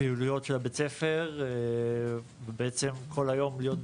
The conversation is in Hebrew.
פעילויות של בית הספר ולהיות כל היום